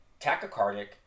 tachycardic